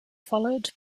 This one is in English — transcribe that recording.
followed